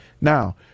Now